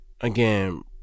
again